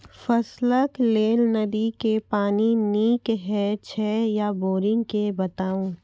फसलक लेल नदी के पानि नीक हे छै या बोरिंग के बताऊ?